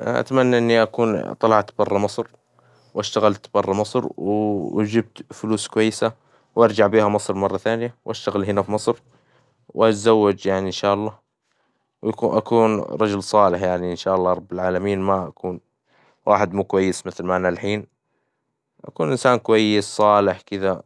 اه أتمنى إني أكون طلعت برا مصر واشتغلت برا مصر وجبت فلوس كويسة، وارجع بها مصر مرة ثانية واشتغل هنا في مصر وأتزوج يعني إن شاالل وأكون رجل صالح يعني إن شاء الله رب العالمين ما أكون واحد مو كويس مثل ما أنا الحين أكون إنسان كويس صالح كذا،